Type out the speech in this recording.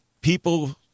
people